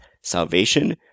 Salvation